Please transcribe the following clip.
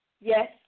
Yes